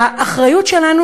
והאחריות שלנו,